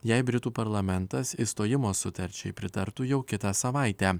jei britų parlamentas išstojimo sutarčiai pritartų jau kitą savaitę